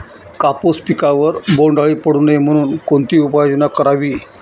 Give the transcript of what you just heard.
कापूस पिकावर बोंडअळी पडू नये म्हणून कोणती उपाययोजना करावी?